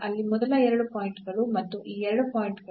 ಅಲ್ಲಿ ಮೊದಲ ಎರಡು ಪಾಯಿಂಟ್ ಗಳು ಮತ್ತು ಈ ಎರಡು ಪಾಯಿಂಟ್ ಗಳು